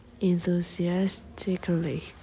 enthusiastically